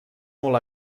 molt